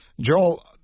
Joel